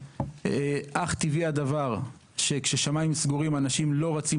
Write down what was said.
אך טבעי הדבר שכששמים סגורים אנשים לא רצים